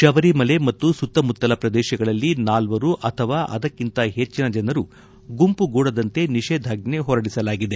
ಶಬರಿಮಲೆ ಮತ್ತು ಸುತ್ತಮುತ್ತಲ ಪ್ರದೇಶಗಳಲ್ಲಿ ನಾಲ್ವರು ಅಥವಾ ಅದಕ್ಕಿಂತ ಹೆಚ್ಚಿನ ಜನರು ಗುಂಪುಗೂಡದಂತೆ ನಿಷೇಧಾಜ್ಞೆ ಹೊರಡಿಸಲಾಗಿದೆ